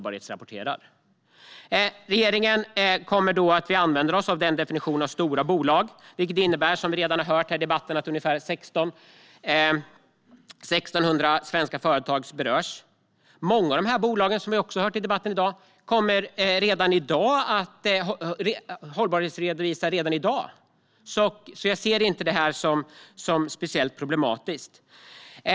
Regeringen använder sig i stället av definitionen "stora bolag", vilket innebär att 1 600 svenska företag berörs. Många av dessa företag hållbarhetsredovisar, som vi har hört i debatten, redan i dag. Jag ser alltså inte detta som särskilt problematiskt.